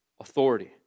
authority